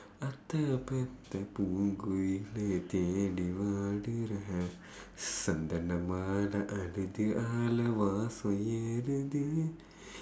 அத்த பெத்த பூங்குயிலே தேடி வாடுறேன் சந்தன மாலை அள்ளுது ஆழ வாசம் ஏருது:aththa peththa poongkuyilee theedi vaadureen sandthana maalai alluthu aazha vaasam eeruthu